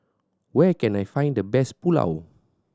where can I find the best Pulao